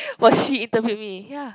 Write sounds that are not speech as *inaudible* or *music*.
*noise* while she interviewed me ya